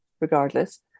regardless